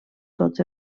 tots